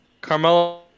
Carmelo